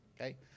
okay